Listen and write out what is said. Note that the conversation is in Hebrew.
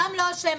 העם לא אשם,